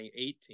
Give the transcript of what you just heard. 2018